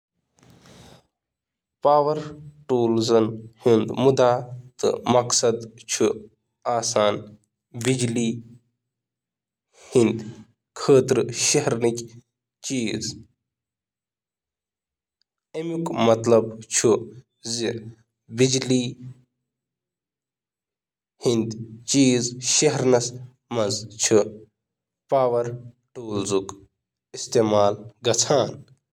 کشمیٖری زبانہِ منٛز درسی کتابہِ ہُنٛد مطلب چُھ کیٹاب یُس ہیٚچھنَس منٛز مدد چھُ کران۔